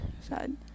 sad